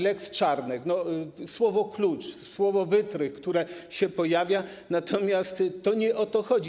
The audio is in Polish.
Lex Czarnek, no, słowo-klucz, słowo-wytrych, które się pojawia, natomiast to nie o to chodzi.